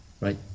right